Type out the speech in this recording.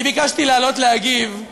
אני ביקשתי לעלות להגיב,